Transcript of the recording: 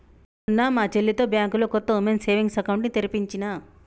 మొన్న మా చెల్లితో బ్యాంకులో కొత్త వుమెన్స్ సేవింగ్స్ అకౌంట్ ని తెరిపించినా